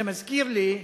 זה מזכיר לי,